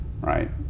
right